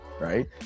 right